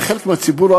וחלק מהציבור,